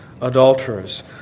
adulterers